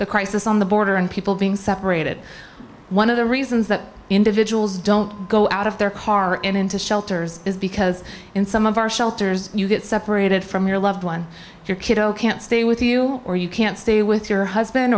the crisis on the border and people being separated one of the reasons that individuals don't go out of their car and into shelters is because in some of our shelters you get separated from your loved one if your kiddo can't stay with you or you can't stay with your husband